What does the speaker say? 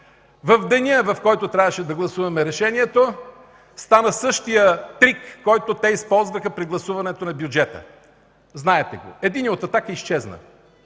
В деня, в който трябваше да гласуваме решението стана същият трик, който те използваха при гласуването на бюджета. Знаете го. Единият от „Атака” изчезна.